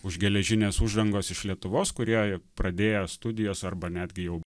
už geležinės uždangos iš lietuvos kurie pradėjo studijas arba netgi jau